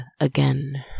again